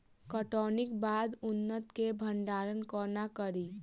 कटौनीक बाद अन्न केँ भंडारण कोना करी?